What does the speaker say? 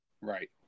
right